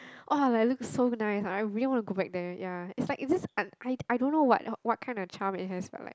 oh like look so nice I really want to go back there ya it's like it's this un~ I I don't know what what kind of charm it has but like